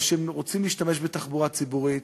או שהם רוצים להשתמש בתחבורה ציבורית.